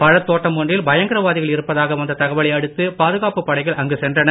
பழத்தோட்டம் ஒன்றில் பயங்கரவாதிகள் இருப்பதாக வந்த தகவலை அடுத்து பாதுகாப்பு படைகள் அங்கு சென்றன